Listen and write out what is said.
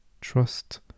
trust